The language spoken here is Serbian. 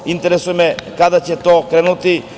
Interesuje me kada će to krenuti?